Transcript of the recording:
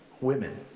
women